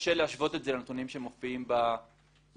קשה להשוות את זה לנתונים שמופיעים בטבלה